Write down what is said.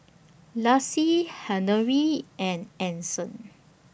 Laci Henery and Anson